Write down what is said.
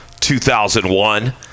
2001